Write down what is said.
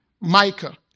Micah